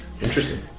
Interesting